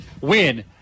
win